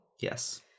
Yes